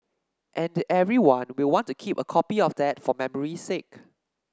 and everyone will want to keep a copy of that for memory's sake